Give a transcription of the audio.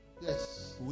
Yes